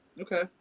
Okay